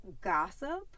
Gossip